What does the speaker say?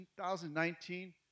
2019